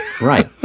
Right